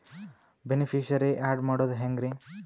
Beneficiary, add ಮಾಡೋದು ಹೆಂಗ್ರಿ?